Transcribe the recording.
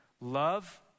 love